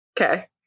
Okay